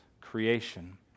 creation